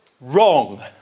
wrong